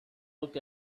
looked